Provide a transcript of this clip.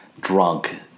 drunk